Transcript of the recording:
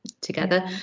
together